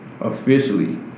officially